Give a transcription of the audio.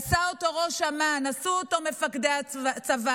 עשה אותו ראש אמ"ן, עשו אותו מפקדי הצבא,